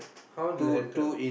how the dental